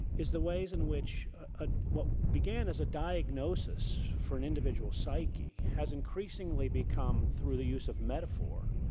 is the ways in which ah what began as a diagnosis for an individual psyche has increasingly become, through the use of metaphor,